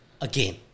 again